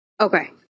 okay